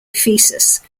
ephesus